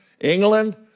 England